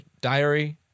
diary